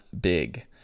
Big